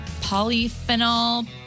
polyphenol